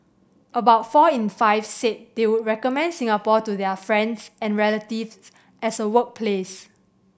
about four in five said they would recommend Singapore to their friends and relatives as a workplace